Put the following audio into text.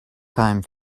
time